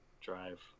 drive